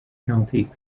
county